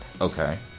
Okay